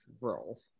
role